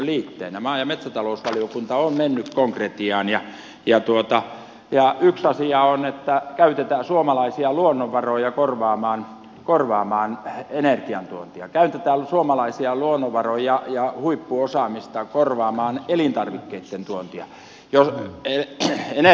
maa ja metsätalousvaliokunta on mennyt konkretiaan ja yksi asia on että käytetään suomalaisia luonnonvaroja korvaamaan energiantuontia käytetään suomalaisia luonnonvaroja ja huippuosaamista korvaamaan elintarvikkeitten tuontia